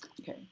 okay